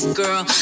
girl